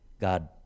God